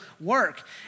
work